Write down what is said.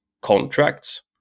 contracts